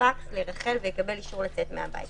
פרס לרח"ל ויקבל אישור לצאת מהבית.